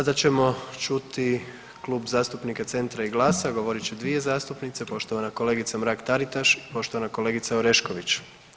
Sada ćemo čuti Klub zastupnika Centra i GLAS-a, govorit će dvije zastupnice, poštovana kolegica Mrak Taritaš i poštovana kolegica Orešković.